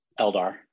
Eldar